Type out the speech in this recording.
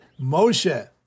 Moshe